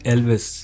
Elvis